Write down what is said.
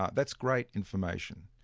that's great information,